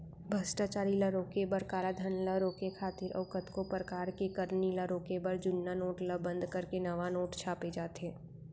भस्टाचारी ल रोके बर, कालाधन ल रोके खातिर अउ कतको परकार के करनी ल रोके बर जुन्ना नोट ल बंद करके नवा नोट छापे जाथे